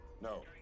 No